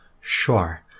Sure